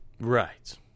Right